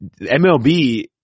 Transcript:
MLB